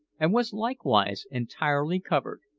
and was likewise entirely covered,